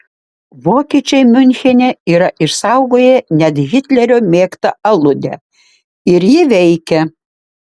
vokiečiai miunchene yra išsaugoję net hitlerio mėgtą aludę ir ji veikia